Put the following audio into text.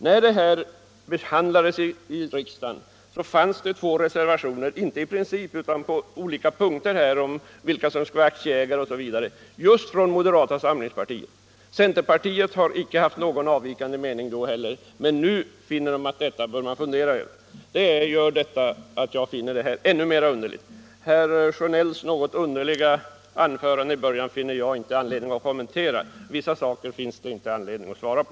När det här behandlades i riksdagen fanns det två reservationer — inte i principfrågan utan rörande olika punkter om vilka som skulle vara aktieägare osv. — just från moderata samlingspartiet. Centerpartiet har inte haft någon avvikande mening, men nu finner centern att man bör fundera över detta. Det gör det hela ännu mer underligt. Herr Sjönells något underliga anförande i början av debatten finner jag inte anledning att kommentera. Vissa yttranden finns det inte anledning att svara på.